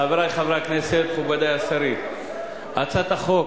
חברי חברי הכנסת, מכובדי השרים, הצעת החוק